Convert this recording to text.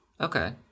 Okay